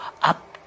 up